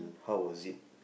how was it